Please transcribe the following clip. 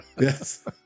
Yes